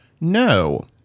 No